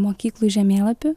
mokyklų žemėlapiu